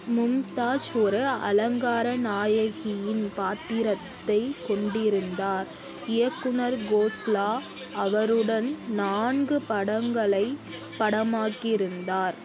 மும்தாஜ் ஒரு அலங்கார நாயகியின் பாத்திரத்தைக் கொண்டிருந்தார் இயக்குனர் கோஸ்லா அவருடன் நான்கு படங்களைப் படமாக்கி இருந்தார்